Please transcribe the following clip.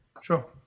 Sure